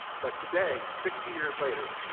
but, today, sixty years later,